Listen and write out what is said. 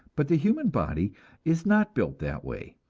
but the human body is not built that way.